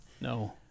No